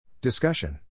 Discussion